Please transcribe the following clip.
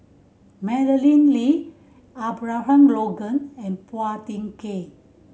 Madeleine Lee Abraham Logan and Phua Thin Kiay